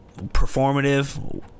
Performative